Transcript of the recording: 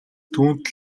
түүнд